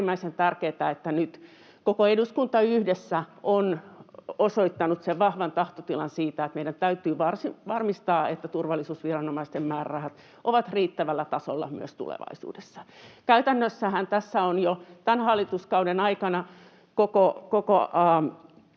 on äärimmäisen tärkeätä, että nyt koko eduskunta yhdessä on osoittanut sen vahvan tahtotilan siitä, että meidän täytyy varmistaa, että turvallisuusviranomaisten määrärahat ovat riittävällä tasolla myös tulevaisuudessa. Käytännössähän tässä on jo tämän hallituskauden aikana